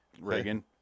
Reagan